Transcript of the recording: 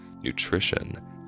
nutrition